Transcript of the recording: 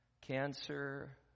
cancer